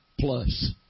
plus